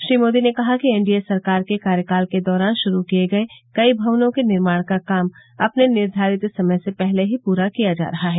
श्री मोदी ने कहा कि एन डी ए सरकार के कार्यकाल के दौरान शुरू किये गए कई भवनों के निर्माण का काम अपने निर्धारित समय से पहले ही पूरा किया जा रहा है